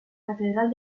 catedral